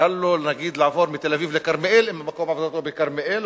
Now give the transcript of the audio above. קל לו לעבור מתל-אביב לכרמיאל אם מקום עבודתו בכרמיאל,